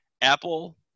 Apple